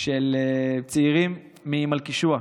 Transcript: של צעירים ממלכישוע.